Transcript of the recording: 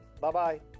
bye-bye